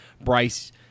Bryce